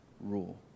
rule